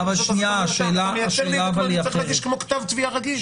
אז אני צריך להגיש כמו כתב תביעה רגיל.